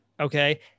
okay